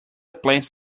plans